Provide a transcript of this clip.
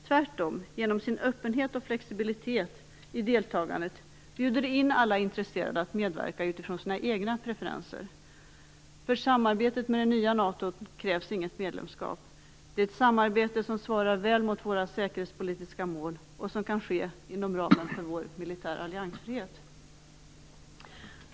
Tvärtom, genom sin öppenhet och flexibilitet när det gäller deltagande bjuder man in alla intresserade att medverka utifrån sina egna preferenser. För samarbete med det nya NATO krävs inget medlemskap. Det är ett samarbete som svarar väl mot våra säkerhetspolitiska mål och som kan ske inom ramen för vår militära alliansfrihet.